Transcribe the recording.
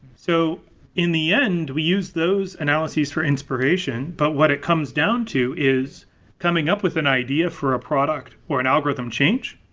so in the end, we use those analyses for inspiration, but what it comes down to is coming up with an idea for a product or an algorithm change,